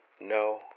No